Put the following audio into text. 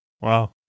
Wow